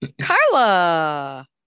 Carla